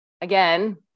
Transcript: again